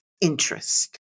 interest